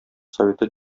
советы